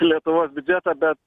lietuvos biudžetą bet